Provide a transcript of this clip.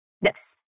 Yes